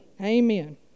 amen